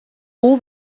all